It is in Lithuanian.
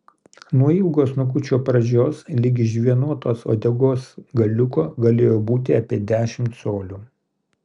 nuo ilgo snukučio pradžios ligi žvynuotos uodegos galiuko galėjo būti apie dešimt colių